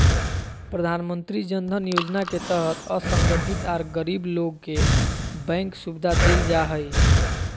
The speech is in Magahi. प्रधानमंत्री जन धन योजना के तहत असंगठित आर गरीब लोग के बैंक सुविधा देल जा हई